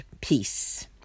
peace